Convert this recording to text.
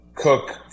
Cook